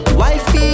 wifey